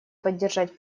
поддерживать